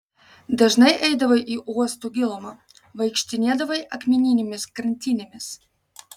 dažnai eidavai į uosto gilumą vaikštinėdavai akmeninėmis krantinėmis